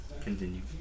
Continue